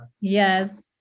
Yes